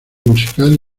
musical